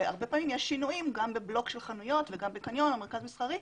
הרבה פעמים יש שינויים גם בבלוק של חנויות וגם בקניון או מרכז מסחרי.